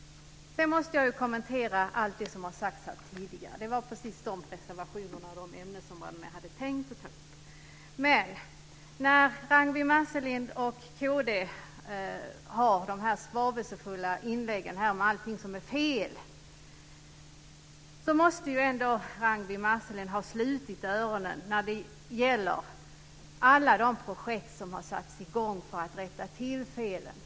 Jag måste också kommentera det som tidigare har sagts här. Det var nämligen precis de reservationerna, de ämnesområdena, jag hade tänkt ta upp. När Ragnwi Marcelind och kd gör de salvelsefulla inläggen om allt som är fel måste de ha slutit öronen när det talades om alla projekt som har satts i gång för att rätta till felen.